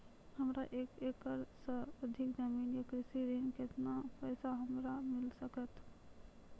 हमरा एक एकरऽ सऽ अधिक जमीन या कृषि ऋण केतना पैसा हमरा मिल सकत?